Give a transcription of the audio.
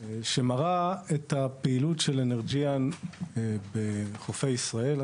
שמראה את הפעילות של אנרג'יאן בחופי ישראל.